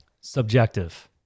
Subjective